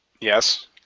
Yes